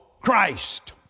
Christ